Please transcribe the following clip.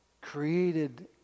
created